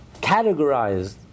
categorized